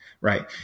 right